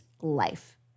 life